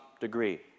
degree